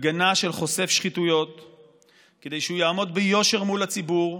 הגנה של חושף שחיתויות כדי שהוא יעמוד ביושר מול הציבור,